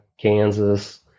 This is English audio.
Kansas